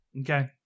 Okay